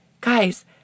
Guys